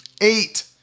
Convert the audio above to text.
eight